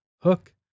hook